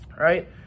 Right